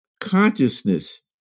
Consciousness